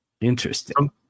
Interesting